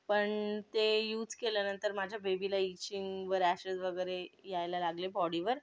पण ते युज केल्यानंतर माझ्या बेबीला इचिंग व रॅशेस वगैरे यायला लागले बॉडीवर